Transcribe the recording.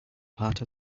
part